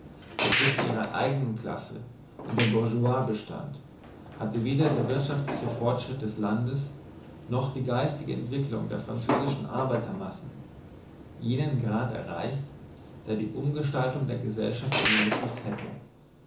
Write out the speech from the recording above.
der zwischen ihrer eigenen klasse und der bourgeoisie bestand hatte weder der wirtschaftliche fortschritt des landes noch die geistige entwicklung der französischen arbeitermassen jenen grad erreicht der eine umgestaltung der gesellschaft ermöglicht hätte